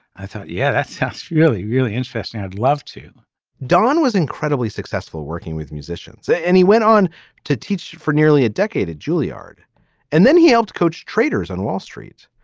i thought yeah that's really really interesting i'd love to don was incredibly successful working with musicians yeah and he went on to teach for nearly a decade at juilliard and then he helped coach traders on wall street.